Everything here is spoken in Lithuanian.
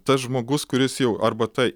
tas žmogus kuris jau arba ta